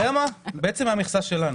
אתה יודע מה בעצם מהמכסה שלנו.